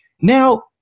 Now